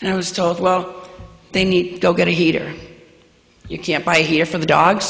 and i was told well they need to go get a heater you can't buy here for the dogs